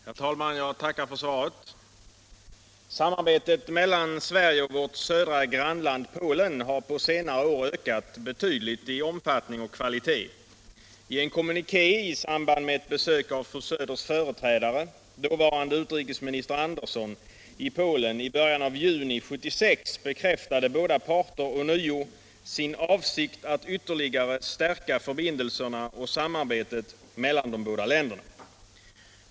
Herr talman! Jag tackar för svaret. Samarbetet mellan Sverige och vårt södra grannland Polen har på senare år ökat betydligt i omfattning och kvalitet. I en kommuniké i samband med ett besök av fru Söders företrädare, dåvarande utrikesminister Andersson, i Polen i början av juni 1976 bekräftade båda parter ånyo ”sin avsikt att ytterligare stärka förbindelserna och samarbetet mellan de båda länderna”.